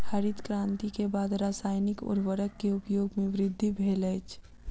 हरित क्रांति के बाद रासायनिक उर्वरक के उपयोग में वृद्धि भेल अछि